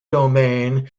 domain